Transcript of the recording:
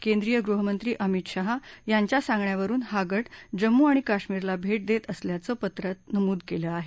केंद्रीय गृहमंत्री अमित शहा यांच्या सांगण्यावरुन हा गट जम्मू आणि काश्मिरला भेट देत असल्याचं पत्रात नमूद केलं आहे